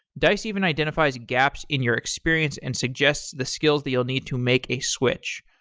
dice even identifies gaps in your experience and suggests the skills that you'll need to make a switch.